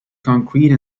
concrete